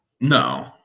No